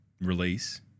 release